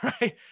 right